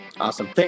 Awesome